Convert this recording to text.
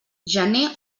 gener